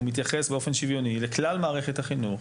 הוא מתייחס באופן שוויוני לכלל מערכת החינוך,